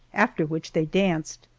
after which they danced.